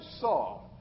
saw